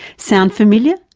sound familiar?